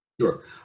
Sure